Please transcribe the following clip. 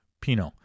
Pinot